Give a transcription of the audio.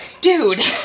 dude